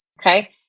Okay